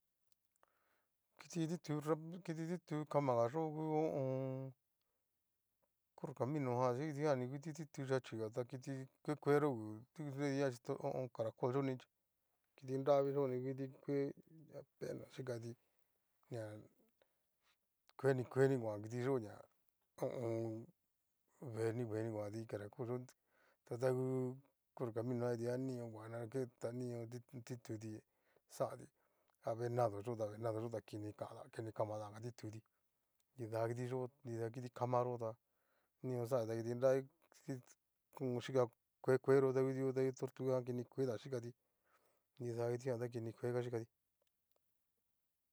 Kiti titu kamayo ngu ho o on. corre caminojan chí kitijan ni ngu kiti tutu yachiga ta kiti ku kueyo ngu nakiña chi ho o on. caracol yoni kiti nravi yo'o ni ngu kiti kue apenas xhikati ña kueni kueni kuan kiti yo'o ña ho o on. veni veni kuanti caracolyo ta tangu corre caminoja nion kuanti xaanti ha venado yo'o ta venado yo'o kini kama tán tituti nrida iyó nida kiti kamayota, nion xan kitinravi xhíka kue keuyo ta ngu kitiyo ta ngu tortuga kini keu tan xhíkati nida kitijan tá kini kue xhíkatí.